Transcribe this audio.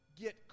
get